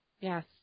Yes